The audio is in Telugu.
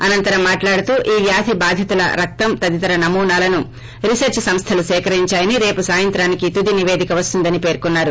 అనంతరం మాట్లాడుతూ ఈ వ్వాధి బాధితుల రక్తం తదితర నమూనాలను రీసెర్స్ సంస్థలు సేకరించాయని రేపు సాయంత్రానికి తుది నిపేదిక వస్తుందని పేర్కొన్నారు